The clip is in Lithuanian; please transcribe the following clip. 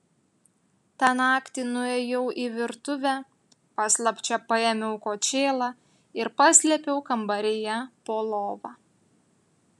tą naktį nuėjau į virtuvę paslapčia paėmiau kočėlą ir paslėpiau kambaryje po lova